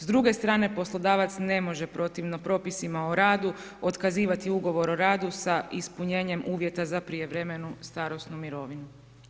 S druge strane poslodavac ne može protivno propisima o radu otkazivati Ugovor o radu sa ispunjenjem uvjeta za prijevremenu starosnu mirovinu.